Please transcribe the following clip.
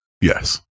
Yes